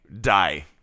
die